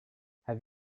have